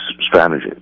strategy